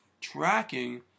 tracking